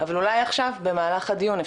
אבל אולי עכשיו במהלך הדיון,